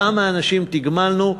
כמה אנשים תגמלנו.